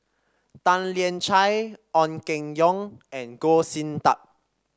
Tan Lian Chye Ong Keng Yong and Goh Sin Tub